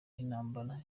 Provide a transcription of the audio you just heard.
n’intambara